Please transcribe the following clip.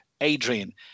Adrian